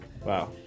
Wow